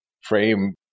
frame